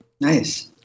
Nice